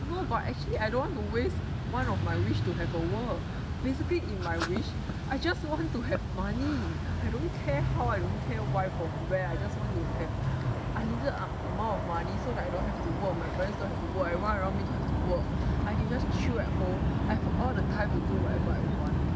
no but actually I don't want to waste one of my wish to have a world basically in my wish I just want to have money I don't care how I don't care why or where I just want to have unlimited amount of money so that I don't have to work my parents don't have to work everyone around me don't have to work I can just chill at home I have all the time to do whatever I want